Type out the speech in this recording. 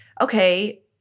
okay